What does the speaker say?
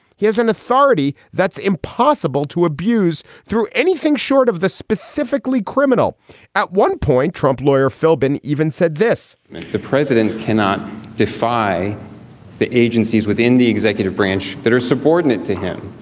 he has an authority that's impossible to abuse through anything short of the specifically criminal at one point, trump lawyer philbin even said this the president cannot defy the agencies within the executive branch that are subordinate to him.